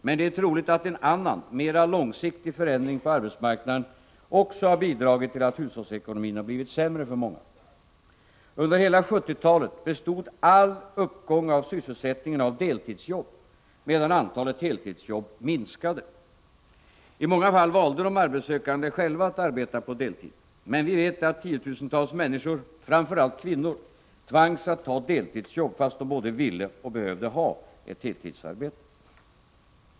Men det är troligt att en annan, mer långsiktig förändring på arbetsmarknaden också har bidragit till att hushållsekonomin blivit sämre för många. Under hela 1970-talet bestod all uppgång i sysselsättningen av deltidsjobb, medan antalet heltidsjobb minskade. I många fall valde de arbetssökande själva att arbeta på deltid. Men vi vet att tiotusentals människor, framför allt kvinnor, tvangs att ta deltidsjobb fast de både ville och behövde ha ett heltidsarbete.